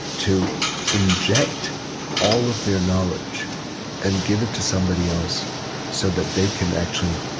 to inject all of their knowledge and give it to somebody else so that they can actually